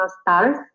stars